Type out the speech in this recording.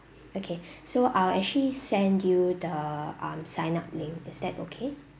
okay so I'll actually send you the um sign up link is that okay